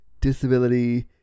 disability